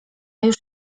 już